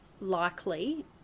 likely